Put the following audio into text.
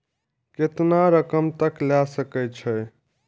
केतना रकम तक ले सके छै?